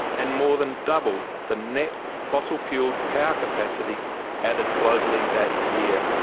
and more than double the net fossil fuelled power capacity added globally that year.